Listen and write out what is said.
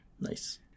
Nice